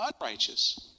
unrighteous